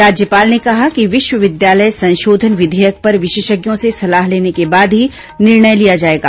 राज्यपाल ने कहा कि विश्वविद्यालय संशोधन विधेयक पर विशेषज्ञों से सलाह लेने के बाद ही निर्णय लिया जाएगा